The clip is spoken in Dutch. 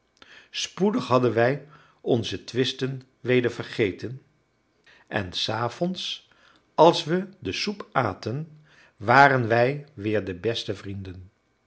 spoedig hadden wij onze twisten weder vergeten en s avonds als we de soep aten waren wij weer de beste vrienden